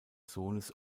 sohnes